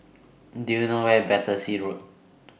Do YOU know Where IS Battersea Road